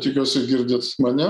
tikiuosi girdit mane